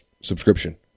subscription